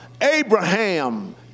Abraham